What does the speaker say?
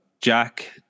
Jack